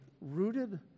rooted